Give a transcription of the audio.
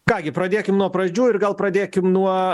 ką gi pradėkim nuo pradžių ir gal pradėkim nuo